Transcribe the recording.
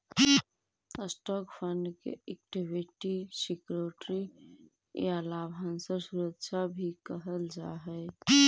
stock fund के equity security या लाभांश सुरक्षा भी कहल जा सकऽ हई